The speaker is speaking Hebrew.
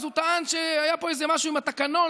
הוא טען שהיה פה איזה משהו עם התקנון.